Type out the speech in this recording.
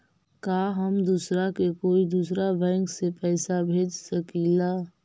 का हम दूसरा के कोई दुसरा बैंक से पैसा भेज सकिला?